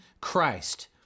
Christ